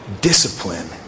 Discipline